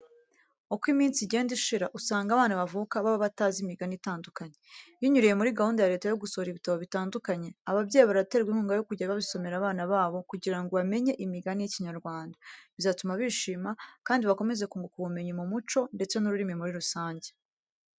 Uko iminsi igenda ishira, usanga abana bavuka baba batazi imigani itandukanye. Binyuriye muri gahunda ya leta yo gusohora ibitabo bitandukanye, ababyeyi baraterwa inkunga yo kujya babisomera abana babo kugira ngo bamenye imigani y'Ikinyarwanda. Bizatuma bishima kandi bakomeze kunguka ubumenyi mu muco ndetse n'ururimi muri rusange.